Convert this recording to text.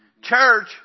Church